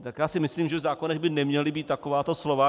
Tak já si myslím, že v zákonech by neměla být takováto slova.